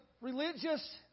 religious